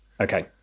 Okay